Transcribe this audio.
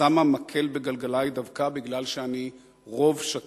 שמה מקל בגלגלי דווקא בגלל שאני רוב שקט.